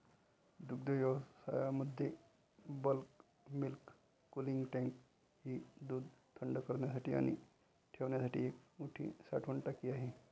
दुग्धव्यवसायामध्ये bulk milk cooling tank ही दूध थंड करण्यासाठी आणि ठेवण्यासाठी एक मोठी साठवण टाकी आहे